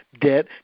debt